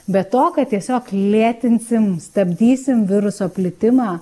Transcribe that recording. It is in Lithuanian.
be to kad tiesiog lėtinsim stabdysim viruso plitimą